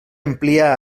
amplia